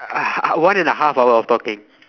uh one and a half hour of talking